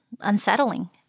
unsettling